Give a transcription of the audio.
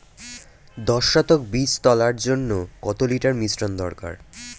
দশ শতক বীজ তলার জন্য কত লিটার মিশ্রন দরকার?